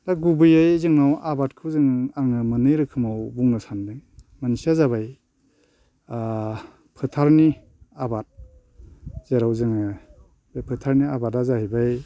दा गुबैयै जोंनाव आबादखौ जों आङो मोननै रोखोमाव बुंनो सानदों मोनसेया जाबाय फोथारनि आबाद जेराव जोङो बे फोथारनि आबादा जाहैबाय